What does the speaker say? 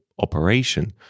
operation